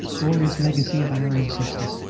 glorious legacy of our ancestors!